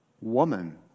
woman